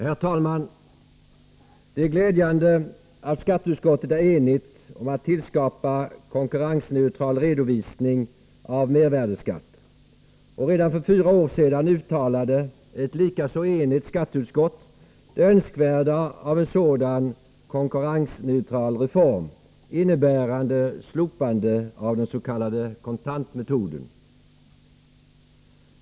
Herr talman! Det är glädjande att skatteutskottet är enigt om att tillskapa konkurrensneutral redovisning av mervärdeskatt. Redan för fyra år sedan uttalade ett likaså enigt skatteutskott det önskvärda i en sådan konkurrensneutral reform, innebärande slopande av den s.k. kontantmetoden.